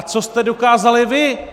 Co jste dokázali vy?